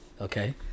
okay